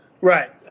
Right